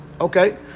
Okay